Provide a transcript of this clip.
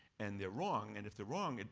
and they're wrong. and if they're wrong, and